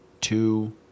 Two